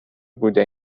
بوده